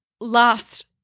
last